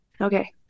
Okay